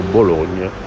Bologna